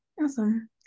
Awesome